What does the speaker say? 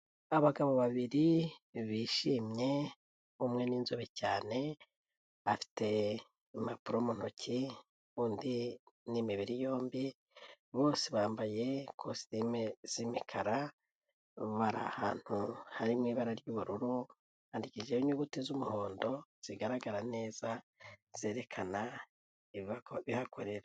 Abagabo babiri bishimye umwe n'inzobe cyane, afite impapuro mu ntoki, undi n' imibiri yombi bose bambaye ikositime z'imikara, bari ahantu harimo ibara ry'ubururu, handikishijemo inyuguti z'umuhondo zigaragara neza, zerekana ibihakorera.